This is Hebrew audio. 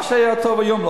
מה שטוב היום,